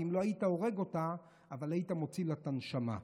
ואם לא היית הורג אותה, היית מוציא לה את הנשמה.